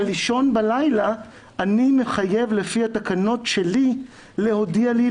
אבל לישון בלילה אני מחייב לפי התקנות שלי להודיע לי,